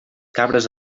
cabres